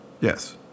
Yes